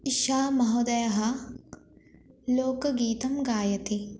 एषः महोदयः लोकगीतं गायति